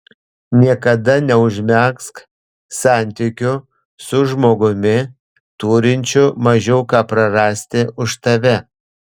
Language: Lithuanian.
niekada neužmegzk santykių su žmogumi turinčiu mažiau ką prarasti už tave